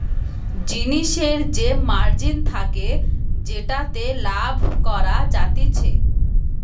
জিনিসের যে মার্জিন থাকে যেটাতে লাভ করা যাতিছে